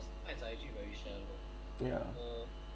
yeah